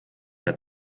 mehr